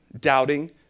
doubting